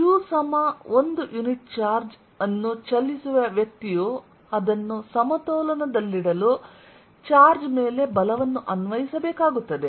q 1 unit charge ಅನ್ನು ಚಲಿಸುವ ವ್ಯಕ್ತಿಯು ಅದನ್ನು ಸಮತೋಲನದಲ್ಲಿಡಲು ಚಾರ್ಜ್ ಮೇಲೆ ಬಲವನ್ನು ಅನ್ವಯಿಸಬೇಕಾಗುತ್ತದೆ